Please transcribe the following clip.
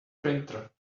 printer